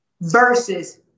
versus